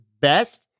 best